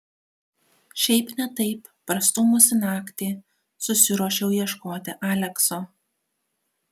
šiaip ne taip prastūmusi naktį susiruošiau ieškoti alekso